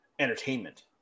Entertainment